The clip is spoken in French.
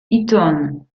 iton